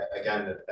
again